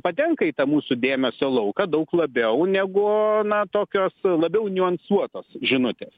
patenka į tą mūsų dėmesio lauką daug labiau negu na tokios labiau niuansuotos žinutės